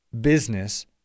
business